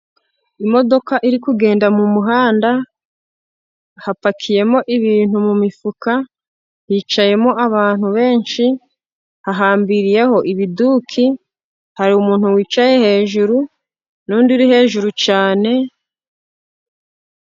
Imodoka iri kugenda mu muhanda, hapakiyemo ibintu mu mifuka, hicayemo abantu benshi, hahambiriyeho ibiduki, hari umuntu wicaye hejuru, n'undi uri hejuru cyane,..